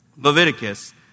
Leviticus